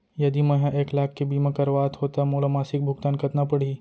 यदि मैं ह एक लाख के बीमा करवात हो त मोला मासिक भुगतान कतना पड़ही?